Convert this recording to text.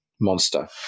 monster